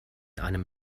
einem